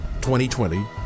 2020